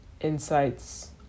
insights